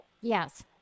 Yes